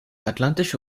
atlantische